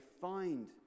find